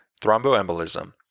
thromboembolism